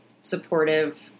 supportive